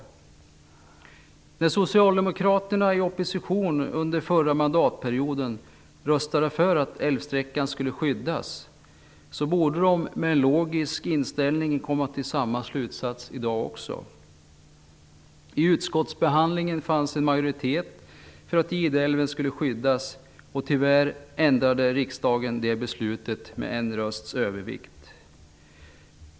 Eftersom Socialdemokraterna i opposition under den förra mandatperioden röstade för att älvsträckan skulle skyddas, borde man med en logisk inställning komma till samma slutsats i dag också. Gideälven skulle skyddas. Tyvärr avslog riksdagen detta med en rösts övervikt.